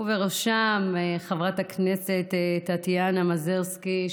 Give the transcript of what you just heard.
ובראשם חברת הכנסת טטיאנה מזרסקי,